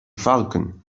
falcon